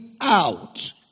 out